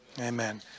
amen